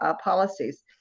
policies